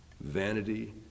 Vanity